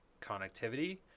connectivity